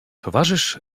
towarzysz